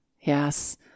Yes